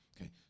okay